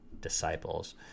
disciples